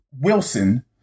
Wilson